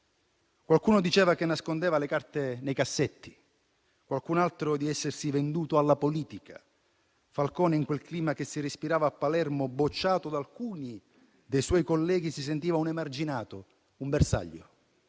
Qualcuno diceva che nascondeva le carte nei cassetti; qualcun altro lo accusava di essersi venduto alla politica. Falcone, in quel clima che si respirava a Palermo, bocciato da alcuni dei suoi colleghi, si sentiva un emarginato, un bersaglio.